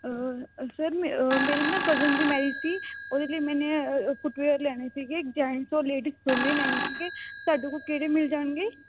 sir ਮੇ ਮੇਰੀ ਨਾ ਕਜ਼ਨ ਦੀ ਮੈਰਿਜ ਸੀ ਉਹਦੇ ਲਈ ਮੈਨੇ ਫੁੱਟਵੇਅਰ ਲੈਣੇ ਸੀਗੇ ਜੈਂਟਸ ਔਰ ਲੇਡੀਸ ਦੋਨੇ ਲੈਣੇ ਸੀਗੇ ਤੁਹਾਡੇ ਕੋਲ ਕਿਹੜੇ ਮਿਲ ਜਾਣਗੇ